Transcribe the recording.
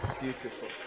Beautiful